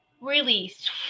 Release